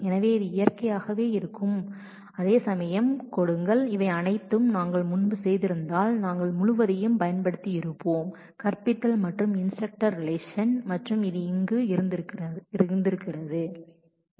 எனவே இது இயற்கையாகவே இருக்கும் இவை அனைத்தையும் நாங்கள் முன்பு செய்திருந்தால் நாங்கள் கற்பித்தல் மற்றும் இன்ஸ்டரக்டர்ஸ் ரிலேஷன் முழுவதையும் பயன்படுத்தியிருப்போம் மற்றும் அங்கு நிறைய டுப்பிள்ஸ் இருந்திருக்கலாம்